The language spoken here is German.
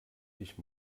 ich